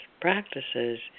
practices